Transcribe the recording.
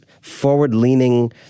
forward-leaning